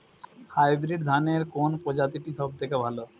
Hybrid ধানের কোন প্রজীতিটি সবথেকে ভালো?